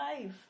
life